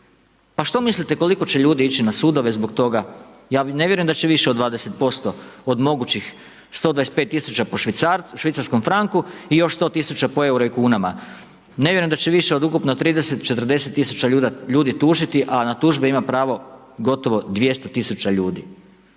Pa što mislite koliko će ljudi ići na sudove zbog toga? Ja ne vjerujem da će više od 20% od mogućih 125 000 po švicarskom franku i još 100 000 po euru i kunama. Ne vjerujem da će više od ukupno 30, 40 000 ljudi tužiti, a na tužbe ima pravo gotovo 200 000 ljudi